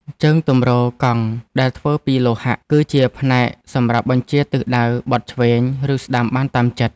ជើងទម្រកង់ដែលធ្វើពីលោហៈ គឺជាផ្នែកសម្រាប់បញ្ជាទិសដៅបត់ឆ្វេង ឬស្ដាំបានតាមចិត្ត។